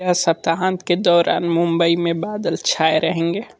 क्या सप्ताहांत के दौरान मुंबई में बादल छाए रहेंगे